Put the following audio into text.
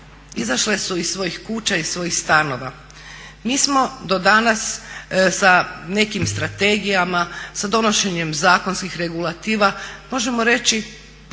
izašle iz svojih kuća, iz svojih stanova. Mi smo do danas sa nekim strategijama, sa donošenjem zakonskih regulativa možemo reći pa